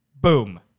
Boom